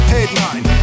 Headline